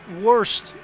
worst